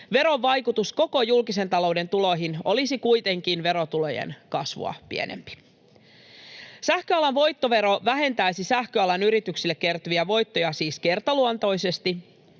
veron vaikutus koko julkisen talouden tuloihin olisi kuitenkin verotulojen kasvua pienempi. Sähköalan voittovero vähentäisi sähköalan yrityksille kertyviä voittoja siis kertaluontoisesti,